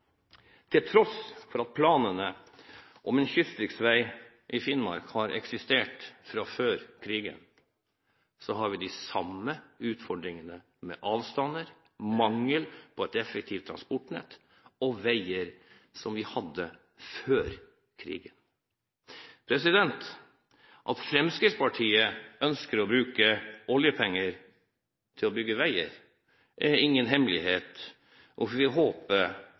Til tross for at planene om en kystriksvei i Finnmark har eksistert fra før krigen, har vi de samme utfordringene med avstander, mangel på et effektivt transportnett og veier, som vi hadde før krigen. At Fremskrittspartiet ønsker å bruke oljepenger til å bygge veier, er ingen hemmelighet. Vi får håpe at vi